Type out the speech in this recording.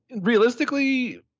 realistically